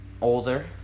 older